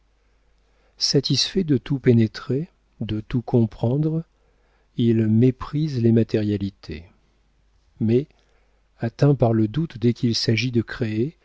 satisfait de tout pénétrer de tout comprendre il méprise les matérialités mais atteint par le doute dès qu'il s'agit de créer